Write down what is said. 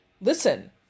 listen